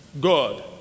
God